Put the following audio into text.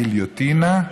גיליוטינה,